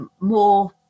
more